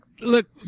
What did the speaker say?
Look